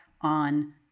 on